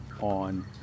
on